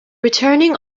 returning